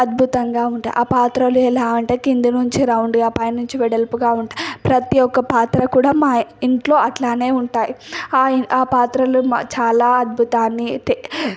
అద్భుతంగా ఉంటాయి ఆ పాత్రలు ఎలా అంటే కింద నుంచి రౌండ్గా పైనుంచి వెడల్పుగా ఉంటాయి ప్రతి ఒక్క పాత్ర కూడా మా ఇంట్లో అట్లానే ఉంటాయి ఆపాత్రలో చాలా అద్భుతాన్ని